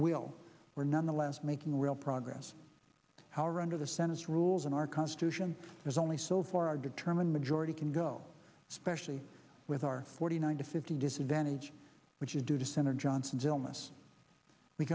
we're nonetheless making real progress however under the senate's rules and our constitution there's only so far are determined majority can go especially with our forty nine to fifty disadvantage which is due to senator johnson's illness we